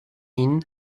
ihnen